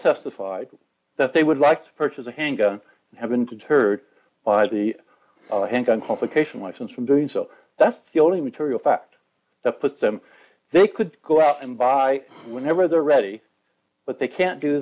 testified that they would like to purchase a handgun have been deterred by the handgun complication license from doing so that's the only material fact that puts them they could go out and buy whenever they're ready but they can't do